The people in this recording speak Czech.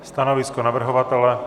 Stanovisko navrhovatele?